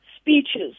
speeches